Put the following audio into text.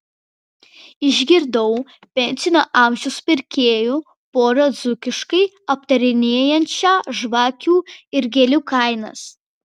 išgirdau pensinio amžiaus pirkėjų porą dzūkiškai aptarinėjančią žvakių ir gėlių kainas